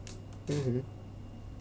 mmhmm